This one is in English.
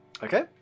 Okay